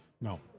No